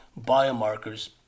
biomarkers